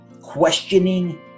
questioning